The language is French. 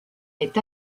est